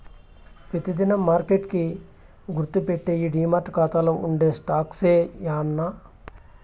పెతి దినం మార్కెట్ కి గుర్తుపెట్టేయ్యి డీమార్ట్ కాతాల్ల ఉండే స్టాక్సే యాన్నా